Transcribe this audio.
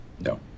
No